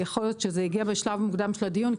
יכול להיות שזה הגיע בשלב מוקדם של הדיון,